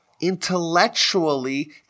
intellectually